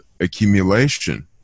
Accumulation